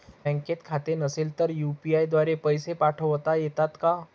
बँकेत खाते नसेल तर यू.पी.आय द्वारे पैसे पाठवता येतात का?